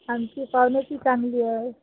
आमची पाहुण्याची चांगली आहे